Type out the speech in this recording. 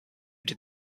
did